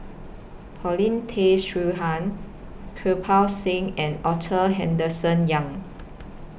Paulin Tay Straughan Kirpal Singh and Arthur Henderson Young